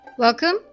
Welcome